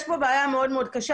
יש פה בעיה מאוד מאוד קשה